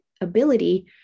ability